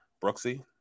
Brooksy